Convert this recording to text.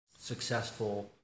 successful